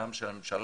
גם של הממשלה,